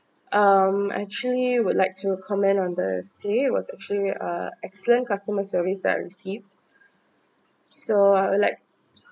um actually would like to comment on the stay was actually uh excellent customer service that I received so I would like